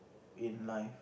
in life